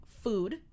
food